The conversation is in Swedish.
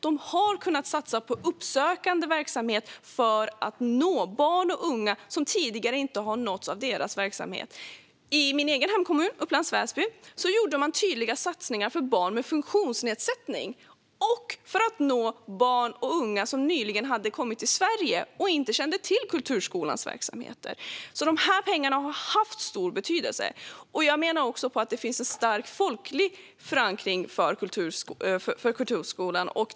Den har kunnat satsa på uppsökande verksamhet för att nå barn och unga som tidigare inte har nåtts av verksamheten. I min hemkommun Upplands Väsby gjordes tydliga satsningar för barn med funktionsnedsättning och för att nå barn och unga som nyligen hade kommit till Sverige och inte kände till kulturskolans verksamhet. De här pengarna har alltså haft stor betydelse, och jag menar att kulturskolan även har stark folklig förankring.